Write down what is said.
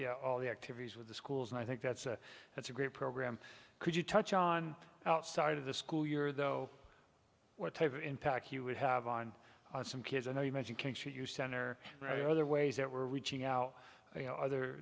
the all the activities with the schools and i think that's a that's a great program could you touch on outside of the school year though what type of impact you would have on some kids i know you mention can should you center right other ways that we're reaching out you know other